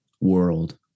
world